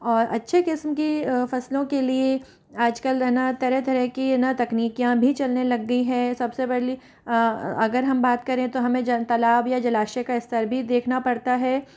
और अच्छे किस्म की फसलों के लिए आजकल है न तरह तरह की है न तकनीकियाँ भी चलने लग गई हैं सबसे बड़ी अगर हम बात करें तो हमें जनता लाभ या जलाशय का स्तर भी देखना पड़ता है